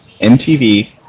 MTV